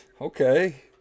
Okay